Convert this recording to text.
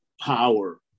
power